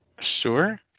Sure